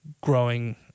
growing